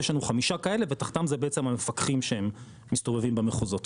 יש לנו חמישה כאלה ותחתם זה בעצם המפקחים שמסתובבים במחוזות.